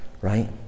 right